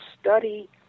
study